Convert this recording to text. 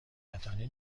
کتانی